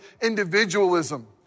individualism